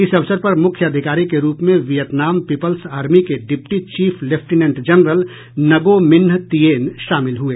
इस अवसर पर मुख्य अधिकारी के रूप में वियतनाम पीपल्स आर्मी के deputy chief lieutenant general Ngo Minh Tien शामिल हुए